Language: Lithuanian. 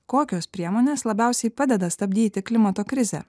kokios priemonės labiausiai padeda stabdyti klimato krizę